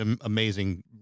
amazing